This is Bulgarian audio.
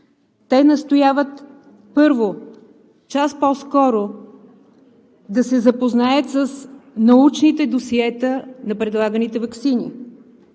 Те настояват, първо, час по-скоро да се запознаят с научните досиета на предлаганите ваксини,